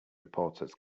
reporters